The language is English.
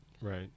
Right